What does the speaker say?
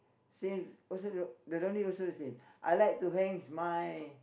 since also the the laundry also the same I like to hangs my